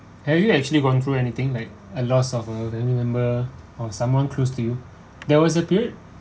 have you actually gone through anything like a loss of a member or someone close to you there was a period